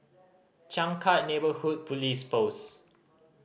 Changkat Neighbourhood Police Post